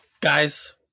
guys